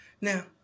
Now